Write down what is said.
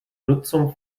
nutzung